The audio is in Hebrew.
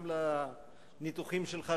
גם לניתוחים שלך,